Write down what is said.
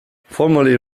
formally